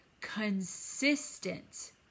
consistent